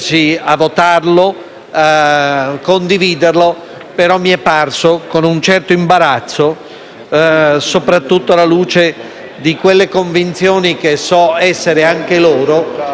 di quelle convinzioni che so essere anche loro e che, in questo caso, sono state sottomesse a una "ragion politica" e o meglio "ragion partitica",